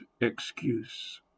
excuse